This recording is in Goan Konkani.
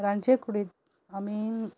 रांदचे कुडींत आमी